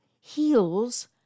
heals